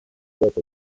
with